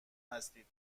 هستید